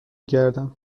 گردم